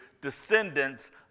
descendants